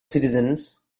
citizens